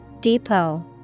Depot